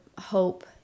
hope